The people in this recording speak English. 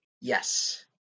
Yes